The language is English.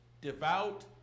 devout